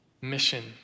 mission